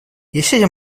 eixa